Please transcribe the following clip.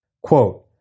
Quote